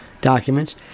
documents